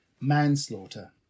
manslaughter